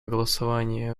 голосование